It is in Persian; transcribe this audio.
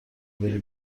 بری